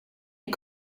est